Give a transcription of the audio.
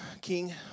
King